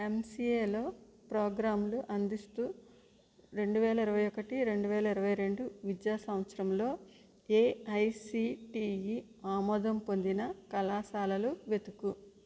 ఎంసిఏలో ప్రోగ్రాంలు అందిస్తు రెండు వేల ఇరవై ఒకటి రెండు వేల ఇరవై రెండు విద్యా సంవత్సరంలో ఏఐసిటిఈ ఆమోదం పొందిన కళాశాలలు వెతుకు